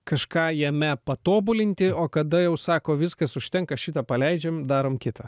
kažką jame patobulinti o kada jau sako viskas užtenka šitą paleidžiam darom kitą